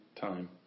time